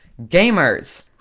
Gamers